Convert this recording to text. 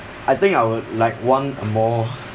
I think I would like want a more